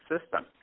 system